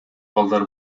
балдар